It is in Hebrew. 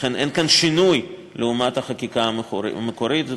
אין כאן שינוי לעומת החקיקה המקורית,